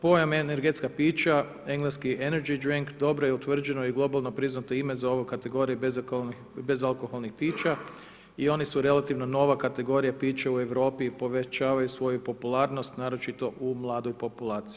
Pojam energetska pića engleski energy dink dobro je utvrđeno i globalno priznato ime za ovu kategoriju bezalkoholnih pića i oni su relativno nova kategorija pića u Europi i povećavaju svoju popularnost naročito u mladoj populaciji.